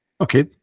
Okay